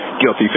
guilty